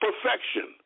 perfection